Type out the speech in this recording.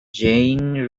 jean